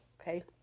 okay